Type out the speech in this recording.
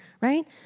right